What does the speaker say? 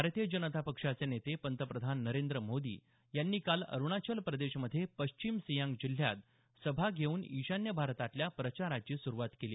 भारतीय जनता पक्षाचे नेते पंतप्रधान नरेंद्र मोदी यांनी काल अरूणाचल प्रदेशमध्ये पश्चिम सिंयांग जिल्ह्यात सभा घेऊन ईशान्य भारतातल्या प्रचाराची सुरूवात केली